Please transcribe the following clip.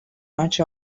much